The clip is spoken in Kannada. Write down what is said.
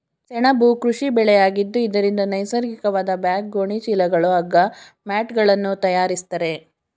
ಸೆಣಬು ಕೃಷಿ ಬೆಳೆಯಾಗಿದ್ದು ಇದರಿಂದ ನೈಸರ್ಗಿಕವಾದ ಬ್ಯಾಗ್, ಗೋಣಿ ಚೀಲಗಳು, ಹಗ್ಗ, ಮ್ಯಾಟ್ಗಳನ್ನು ತರಯಾರಿಸ್ತರೆ